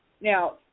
Now